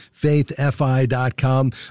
faithfi.com